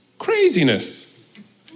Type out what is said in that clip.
craziness